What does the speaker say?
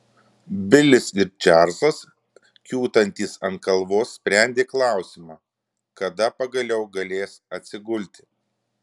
bilis ir čarlzas kiūtantys ant kalvos sprendė klausimą kada pagaliau galės atsigulti